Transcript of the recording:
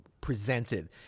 presented